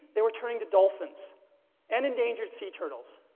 they were turning to dolphins and endangered sea turtles.